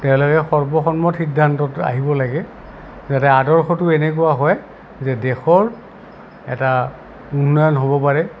তেওঁলোকে সৰ্বসন্মত সিদ্ধান্তত আহিব লাগে যাতে আদৰ্শটো এনেকুৱা হয় যে দেশৰ এটা উন্নয়ন হ'ব পাৰে